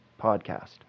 podcast